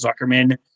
zuckerman